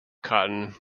cotton